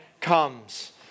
comes